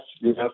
yes